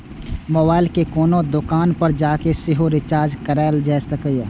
mobile कें कोनो दोकान पर जाके सेहो रिचार्ज कराएल जा सकैए